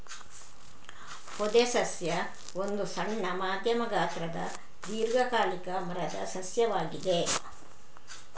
ಪೊದೆ ಸಸ್ಯ ಒಂದು ಸಣ್ಣ, ಮಧ್ಯಮ ಗಾತ್ರದ ದೀರ್ಘಕಾಲಿಕ ಮರದ ಸಸ್ಯವಾಗಿದೆ